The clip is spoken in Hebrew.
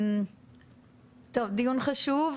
טוב, דיון חשוב.